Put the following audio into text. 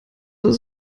ist